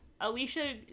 Alicia